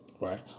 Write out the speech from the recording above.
Right